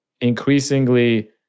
increasingly